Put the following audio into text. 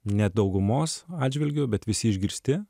ne daugumos atžvilgiu bet visi išgirsti